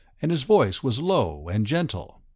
and his voice was low and gentle.